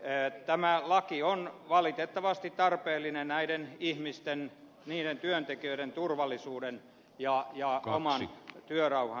tämä laki on valitettavasti tarpeellinen näiden ihmisten niiden työntekijöiden turvallisuuden ja oman työrauhan vuoksi